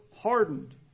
hardened